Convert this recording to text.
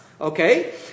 Okay